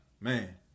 Man